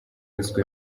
ruswa